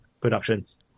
productions